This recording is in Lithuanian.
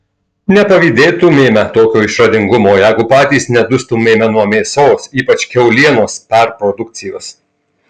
nepavydėtumėme tokio išradingumo jeigu patys nedustumėme nuo mėsos ypač kiaulienos perprodukcijos